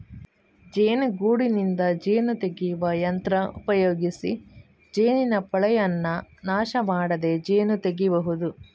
ಜೇನುಗೂಡಿನಿಂದ ಜೇನು ತೆಗೆಯುವ ಯಂತ್ರ ಉಪಯೋಗಿಸಿ ಜೇನಿನ ಪೋಳೆಯನ್ನ ನಾಶ ಮಾಡದೆ ಜೇನು ತೆಗೀಬಹುದು